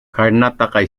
karnataka